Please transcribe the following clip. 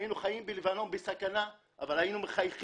היינו חיים בלבנון בסכנה, אבל היינו מחייכים,